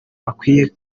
bakwiye